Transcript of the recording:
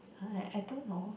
I don't know